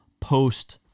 post